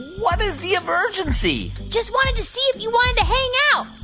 what is the emergency? just wanted to see if you wanted to hang out.